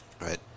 right